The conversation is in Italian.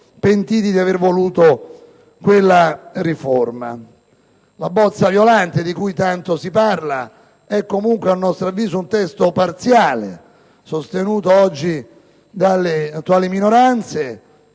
pentiti di aver voluto quella riforma. La bozza Violante di cui tanto si parla è comunque a nostro avviso un testo parziale, sostenuto oggi dalle attuali minoranze,